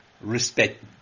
respect